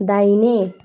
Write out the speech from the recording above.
दाहिने